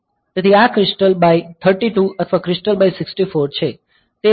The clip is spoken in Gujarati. ટ્રાન્સમિશન બોડ રેટ નિશ્ચિત હોય છે તેથી આ ક્રિસ્ટલ બાય 32 અથવા ક્રિસ્ટલ બાય 64 છે